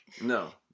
No